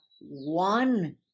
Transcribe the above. one